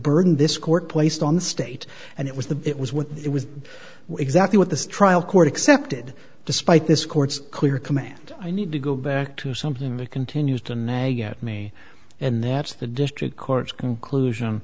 burden this court placed on the state and it was the it was what it was exactly what this trial court accepted despite this court's clear command i need to go back to something that continues to nag at me and that's the district court's conclusion